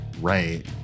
Right